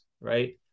right